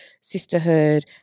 sisterhood